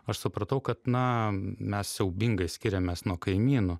aš supratau kad na mes siaubingai skiriamės nuo kaimynų